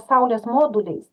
saulės moduliais